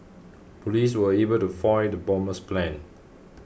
police were able to foil the bomber's plans